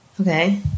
Okay